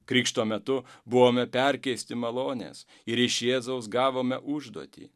krikšto metu buvome perkeisti malonės ir iš jėzaus gavome užduotį